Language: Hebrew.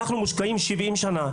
אנחנו מושקעים בזה 70 שנים.